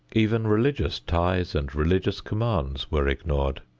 even religious ties and religious commands were ignored.